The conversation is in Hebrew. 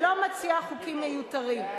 שלא מציעה חוקים מיותרים.